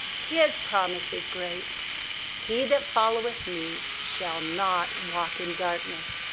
his promise is great he that followeth me shall not walk in darkness,